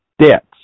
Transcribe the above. debts